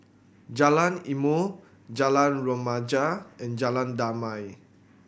Jalan Ilmu Jalan Remaja and Jalan Damai